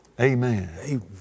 Amen